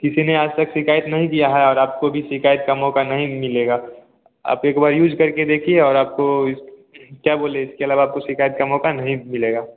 किसी ने आज तक शिकायत नहीं किया है और आपको भी शिकायत का मौक़ा नहीं मिलेगा आप एक बार यूज़ कर के देखिए और आपको इस क्या बोले इसके अलावा आपको शिकायत का मौक़ा नहीं मिलेगा